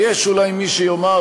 ויש אולי מי שיאמר,